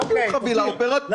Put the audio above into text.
אוקיי.